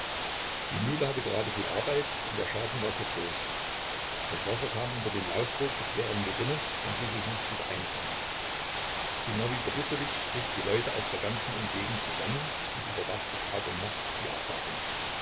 die mühle hatte gerade viel arbeit und der schaden war sehr groß das wasser kam unter den lauftrog des leeren gerinnes und ließ sich nicht wieder einfangen sinowij borissowitsch trieb die leute aus der ganzen umgegend zusammen und überwachte tag und nacht die arbeiten